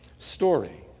story